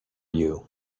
you